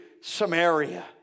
Samaria